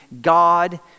God